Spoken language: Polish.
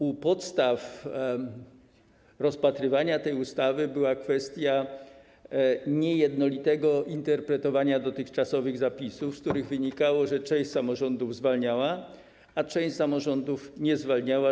U podstaw rozpatrywania tej ustawy leży kwestia niejednolitego interpretowania dotychczasowych zapisów, z których wynika, że część samorządów zwalniano, część samorządów nie zwalniano.